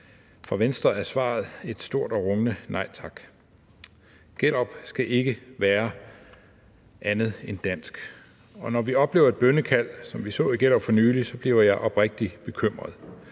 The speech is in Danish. fra Venstres side er svaret et stort og rungende nej tak. Gellerup skal ikke være andet end dansk. Og når vi oplever et bønnekald, som vi så det i Gellerup for nylig, bliver jeg oprigtigt bekymret.